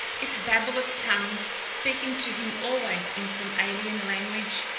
its babel of tongues speaking to him always in some alien language,